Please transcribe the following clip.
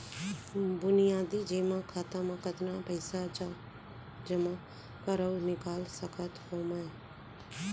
बुनियादी जेमा खाता म कतना पइसा तक जेमा कर अऊ निकाल सकत हो मैं?